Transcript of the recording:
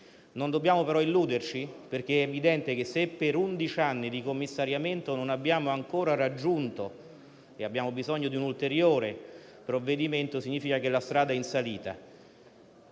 Non dobbiamo però illuderci, perché è evidente che, se per undici anni di commissariamento non abbiamo ancora raggiunto il risultato e abbiamo bisogno di un ulteriore provvedimento, la strada è in salita.